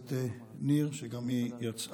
הכנסת ניר, שגם היא יצאה.